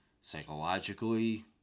psychologically